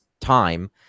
time